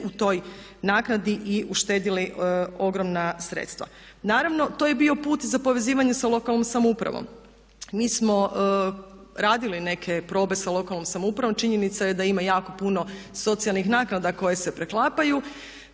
u toj naknadi i uštedili ogromna sredstva. Naravno to je bio put i za povezivanje sa lokalnom samoupravom. Mi smo radili neke probe sa lokalnom samoupravom. Činjenica je da ima jako puno socijalnih naknada koje se preklapaju,